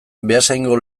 beasaingo